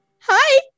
Hi